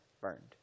burned